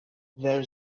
there